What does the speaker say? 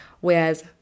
whereas